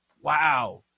Wow